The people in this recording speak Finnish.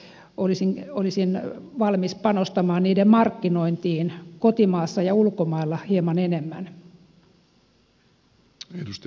siinä mielessä olisin valmis panostamaan niiden markkinointiin kotimaassa ja ulkomailla hieman enemmän